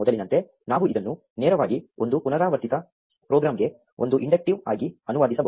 ಮೊದಲಿನಂತೆ ನಾವು ಇದನ್ನು ನೇರವಾಗಿ ಒಂದು ಪುನರಾವರ್ತಿತ ಪ್ರೋಗ್ರಾಂಗೆ ಒಂದು ಇಂಡಕ್ಟಿವ್ ಆಗಿ ಅನುವಾದಿಸಬಹುದು